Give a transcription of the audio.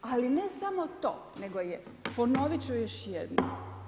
Ali ne samo to, nego je, ponovit ću još jednom.